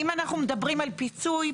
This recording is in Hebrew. אם אנחנו מדברים על פיצוי,